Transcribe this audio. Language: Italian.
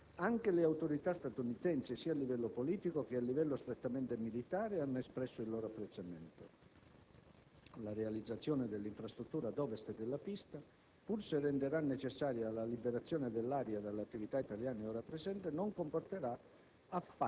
Anche le autorità statunitensi, sia a livello politico che a livello strettamente militare, hanno espresso il loro apprezzamento. La realizzazione dell'infrastruttura ad ovest della pista, pur se renderà necessaria la liberazione dell'area dalle attività italiane ora presenti, non comporterà